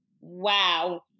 Wow